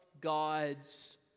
God's